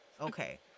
okay